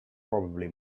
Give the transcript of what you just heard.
probably